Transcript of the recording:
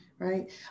right